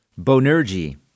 Bonergi